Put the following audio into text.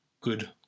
good